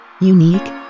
Unique